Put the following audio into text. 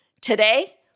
Today